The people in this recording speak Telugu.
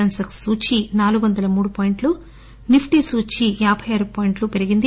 సెస్సెక్స్ సూచిక నాలుగు వంద మూడు పాయింట్లు నిప్టీ సూచీ యాబై ఆరు పాయింట్లు పెరిగింది